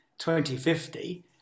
2050